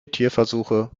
tierversuche